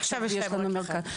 עכשיו יש לנו מרכז,